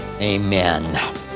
Amen